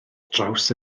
draws